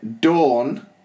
Dawn